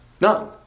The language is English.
none